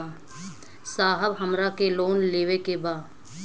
साहब हमरा के लोन लेवे के बा